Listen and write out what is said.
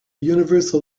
universal